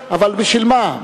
אתה יכול לומר, אבל בשביל מה?